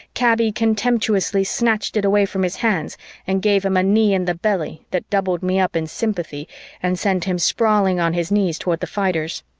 kaby contemptuously snatched it away from his hands and gave him a knee in the belly that doubled me up in sympathy and sent him sprawling on his knees toward the fighters.